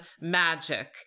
magic